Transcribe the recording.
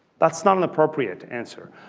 that's not an appropriate answer.